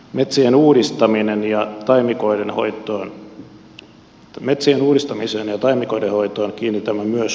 metsien uudistamiseen ja taimikoiden hoitoon kiinnitämme myös huomiota